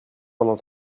pendant